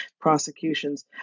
prosecutions